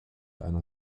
einer